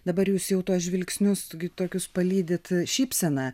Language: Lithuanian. dabar jūs jau tuos žvilgsnius gi tokius palydite šypseną